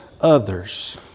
others